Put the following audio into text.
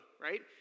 right